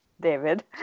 David